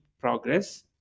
progress